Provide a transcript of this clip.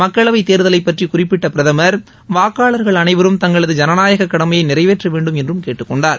மக்களவைத் தேர்தலைப் பற்றி குறிப்பிட்ட பிரதமர் வாக்காளர்கள் அனைவரும் தங்களது ஜனநாயக கடமையை நிறைவேற்ற வேண்டும் என்றும் கேட்டுக்கொண்டார்